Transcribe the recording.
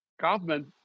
government